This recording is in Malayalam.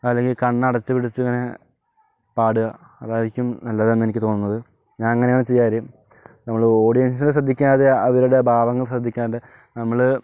അല്ലെങ്കിൽ കണ്ണടച്ച് പിടിച്ച് ഇങ്ങനെ പാടുക അതായിരിക്കും നല്ലത് എന്ന് എനിക്ക് തോന്നുന്നത് ഞാൻ അങ്ങനെയാണ് ചെയ്യാറ് നമ്മൾ ഓഡിയൻസിനെ ശ്രദ്ധിക്കാതെ അവരുടെ ഭാവങ്ങൾ ശ്രദ്ധിക്കാതെ നമ്മൾ